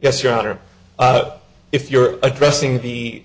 yes your honor if you're addressing the